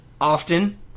Often